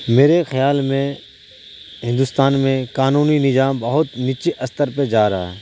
میرے خیال میں ہندوستان میں قانونی نظام بہت نیچے استر پہ جا رہا ہے